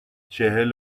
چهل